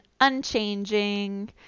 unchanging